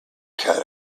kind